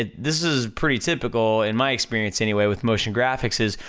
ah this is pretty typical, in my experience anyway, with motion graphics is,